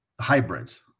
hybrids